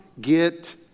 get